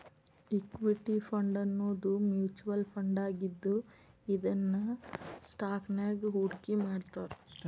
equity ಫಂಡನ್ನೋದು mutual ಫಂಡಾಗಿದ್ದು ಇದನ್ನ ಸ್ಟಾಕ್ಸ್ನ್ಯಾಗ್ ಹೂಡ್ಕಿಮಾಡ್ತಾರ